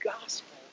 gospel